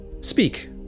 Speak